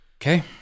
Okay